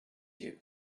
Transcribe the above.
you